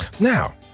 Now